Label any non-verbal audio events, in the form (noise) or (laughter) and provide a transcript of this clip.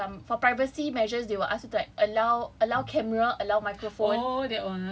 (noise) macam for privacy measures they will ask you to like allow allow camera allow microphone